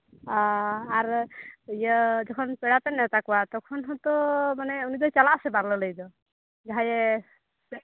ᱚ ᱟᱨ ᱤᱭᱟᱹ ᱯᱮᱲᱟ ᱯᱮ ᱱᱮᱣᱛᱟ ᱠᱚᱣᱟ ᱛᱚᱠᱷᱚᱱ ᱛᱚ ᱢᱟᱱᱮ ᱩᱱᱤ ᱫᱚᱭ ᱪᱟᱞᱟᱜᱼᱟ ᱥᱮ ᱵᱟᱝ ᱞᱟᱹᱞᱟᱹᱭ ᱫᱚ ᱡᱟᱦᱟᱸᱭᱮ